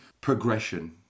progression